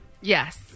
Yes